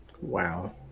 Wow